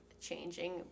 changing